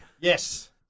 Yes